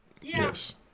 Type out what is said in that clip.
Yes